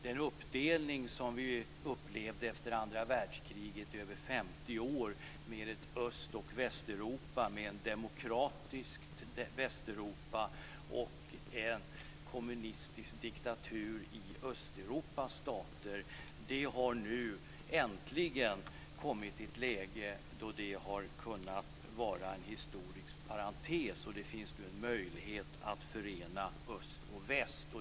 Den uppdelning som vi upplevde efter andra världskriget i över 50 år, med ett Öst och Västeuropa, med ett demokratiskt Västeuropa och en kommunistisk diktatur i Östeuropas stater, har nu äntligen kommit i ett läge då det kan vara en historisk parentes. Det finns nu möjlighet att förena öst och väst.